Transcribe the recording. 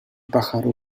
pájaro